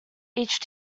each